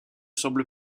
semble